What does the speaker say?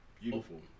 Beautiful